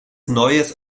neues